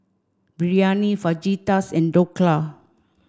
Biryani Fajitas and Dhokla